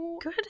Good